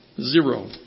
Zero